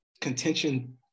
contention